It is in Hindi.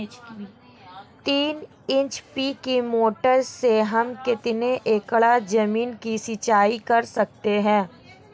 तीन एच.पी की मोटर से हम कितनी एकड़ ज़मीन की सिंचाई कर सकते हैं?